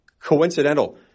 coincidental